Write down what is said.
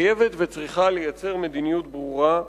חייבת וצריכה לייצר מדיניות ברורה,